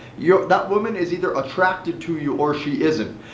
you're that woman is either attracted to you or she isn't.